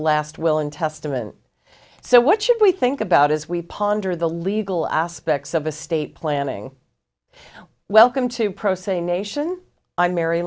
last will and testament so what should we think about as we ponder the legal aspects of a state planning welcome to pro se nation i'm mar